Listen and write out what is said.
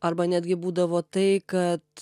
arba netgi būdavo tai kad